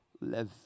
live